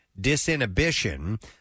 disinhibition